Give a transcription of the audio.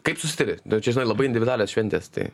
kaip susitari nu čia žinai labai individualios šventės tai